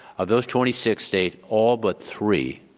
of those twenty six states, all but three